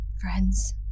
friends